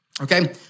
Okay